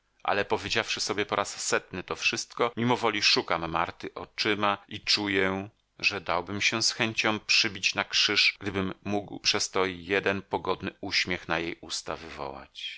ale powiedziawszy sobie po raz setny to wszystko mimowoli szukam marty oczyma i czuję że dałbym się z chęcią przybić na krzyż gdybym mógł przez to jeden pogodny uśmiech na jej usta